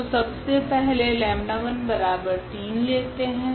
तो सब से पहले 𝜆13 लेते है